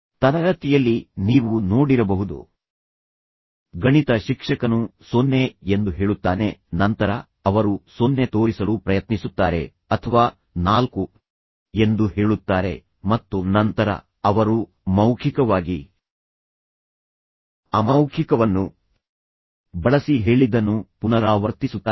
ತರಗತಿಯಲ್ಲಿ ನೀವು ನೋಡಿರಬಹುದು ಗಣಿತ ಶಿಕ್ಷಕನು 0 ಎಂದು ಹೇಳುತ್ತಾನೆ ನಂತರ ಅವರು 0 ತೋರಿಸಲು ಪ್ರಯತ್ನಿಸುತ್ತಾರೆ ಅಥವಾ 4 ಎಂದು ಹೇಳುತ್ತಾರೆ ಮತ್ತು ನಂತರ ಅವರು ಮೌಖಿಕವಾಗಿ ಅಮೌಖಿಕವನ್ನು ಬಳಸಿ ಹೇಳಿದ್ದನ್ನು ಪುನರಾವರ್ತಿಸುತ್ತಾರೆ